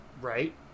right